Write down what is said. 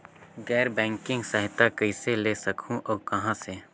गैर बैंकिंग सहायता कइसे ले सकहुं और कहाँ से?